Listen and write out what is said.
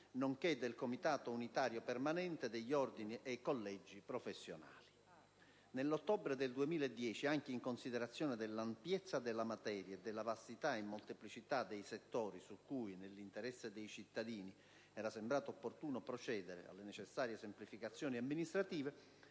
nonché del Comitato unitario permanente degli ordini e collegi professionali. Nell'ottobre del 2010, anche in considerazione dell'ampiezza della materia e della vastità e molteplicità dei settori su cui, nell'interesse dei cittadini, era sembrato opportuno procedere alle necessarie semplificazioni amministrative,